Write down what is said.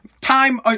time